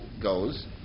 goes